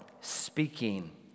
speaking